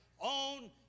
own